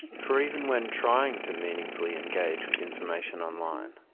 for even when trying to meaningfully engage with information online,